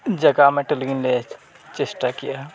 ᱡᱟᱭᱜᱟ ᱢᱤᱫᱴᱮᱱ ᱞᱟᱹᱜᱤᱫ ᱞᱮ ᱪᱮᱥᱴᱟ ᱠᱮᱫᱼᱟ